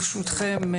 ברשותכם,